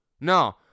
No